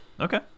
Okay